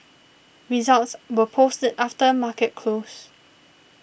results were posted after market close